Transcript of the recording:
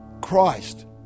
Christ